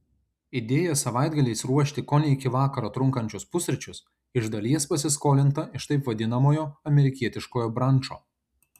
idėja savaitgaliais ruošti kone iki vakaro trunkančius pusryčius iš dalies pasiskolinta iš taip vadinamojo amerikietiškojo brančo